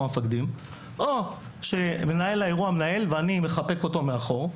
או שמנהל האירוע מנהל ואני מחבק אותו מאחור.